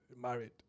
married